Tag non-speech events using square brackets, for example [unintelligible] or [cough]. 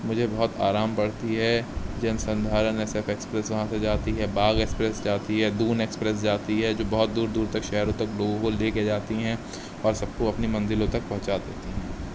مجھے بہت آرام پڑتی ہے جن سندھارن [unintelligible] ایکسپریس وہاں سے جاتی ہے باغ ایکپریس جاتی ہے دون ایکسپریس جاتی ہے جو بہت دور دور تک شہروں تک لوگوں کو لے کے جاتی ہیں اور سب کو اپنی منزلوں تک پہنچاتی دیتی ہیں